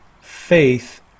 faith